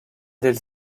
del